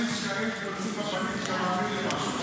--- שקרים מתפוצצים בפנים כשאתה מאמין למשהו.